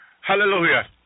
Hallelujah